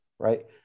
right